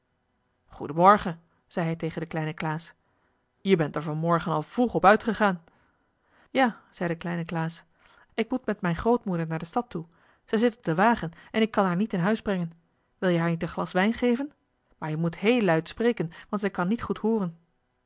morgen zei hij tegen den kleinen klaas je bent er van morgen al vroeg op uitgegaan ja zei de kleine klaas ik moet met mijn grootmoeder naar de stad toe zij zit op den wagen en ik kan haar niet in huis brengen wil je haar niet een glas wijn geven maar je moet heel luid spreken want zij kan niet goed hooren